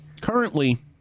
Currently